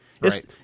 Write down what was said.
Right